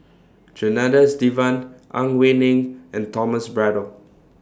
Janadas Devan Ang Wei Neng and Thomas Braddell